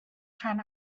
rhan